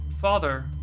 father